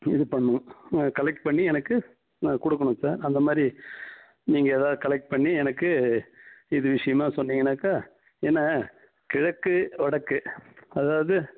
இது பண்ணணும் கலெக்ட் பண்ணி எனக்கு கொடுக்கணும் சார் அந்த மாதிரி நீங்கள் ஏதாவது கலெக்ட் பண்ணி எனக்கு இது விஷயமா சொன்னிங்கன்னாக்கா ஏன்னால் கிழக்கு வடக்கு அதாவது